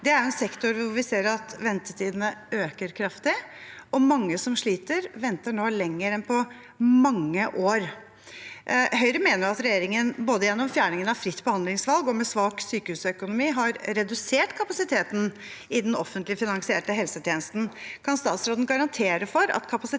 Det er en sektor hvor vi ser at ventetidene øker kraftig, og mange som sliter, venter nå lenger enn på mange år. Høyre mener at regjeringen, både gjennom å fjerne fritt behandlingsvalg og med svak sykehusøkonomi, har redusert kapasiteten i den offentlig finansierte helsetjenesten. Kan statsråden garantere for at ka pasitet